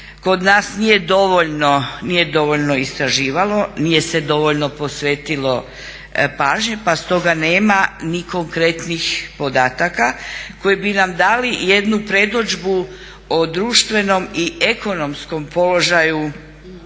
kod nas nije dovoljno istraživalo, nije se dovoljno posvetilo pažnje pa stoga nema ni konkretnih podataka koji bi nam dali jednu predodžbu o društvenom i ekonomskom položaju